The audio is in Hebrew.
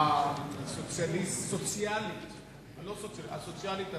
הסוציאלית הרגישה,